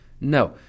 No